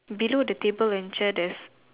below the table and chair there's